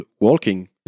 walking